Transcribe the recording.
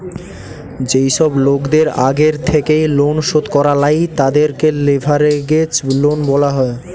যেই সব লোকদের আগের থেকেই লোন শোধ করা লাই, তাদেরকে লেভেরাগেজ লোন বলা হয়